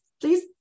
please